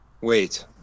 Wait